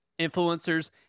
influencers